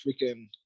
freaking